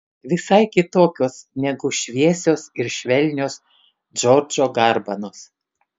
visai kitokios negu šviesios ir švelnios džordžo garbanos